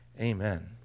Amen